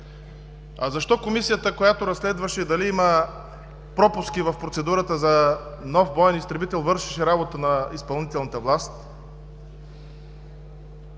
Защо Комисията, която разследваше дали има пропуски в процедурата за нов боен изтребител, вършеше работата на изпълнителната власт?!